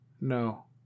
No